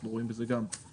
אנחנו רואים בזה חשיבות.